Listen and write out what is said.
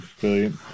Brilliant